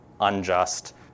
unjust